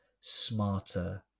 smarter